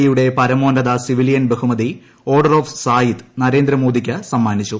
ഇയുട്ടെ പ്രമോന്നത സിവിലിയൻ ബഹുമതി order of Zayed Narendra മോദിക്ക് സമ്മാനിച്ചു